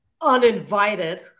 uninvited